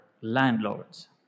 landlords